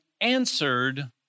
answered